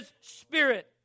Spirit